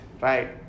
Right